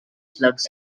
slugs